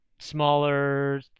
smaller